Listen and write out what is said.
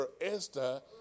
Esther